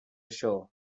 show